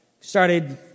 started